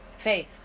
Faith